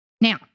Now